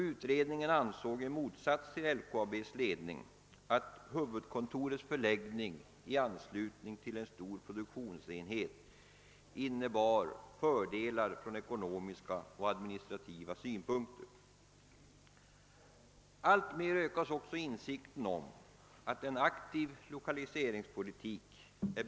Utredningen ansåg i motsats till LKAB:s ledning att huvudkontorets förläggning i anslutning till en stor produktionsenhet innebar fördelar från ekonomiska och administrativa synpunkter.